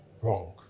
wrong